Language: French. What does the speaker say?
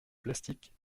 plastique